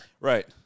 Right